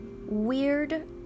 weird